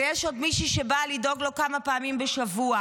ויש עוד מישהי שבאה לדאוג לו כמה פעמים בשבוע.